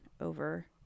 over